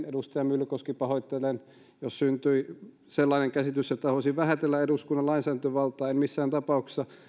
edustaja myllykoski pahoittelen jos syntyi sellainen käsitys että halusin vähätellä eduskunnan lainsäädäntövaltaa en missään tapauksessa